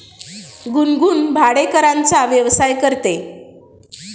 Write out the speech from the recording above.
गुनगुन भाडेकराराचा व्यवसाय करते